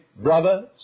Brother